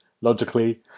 logically